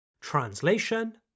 Translation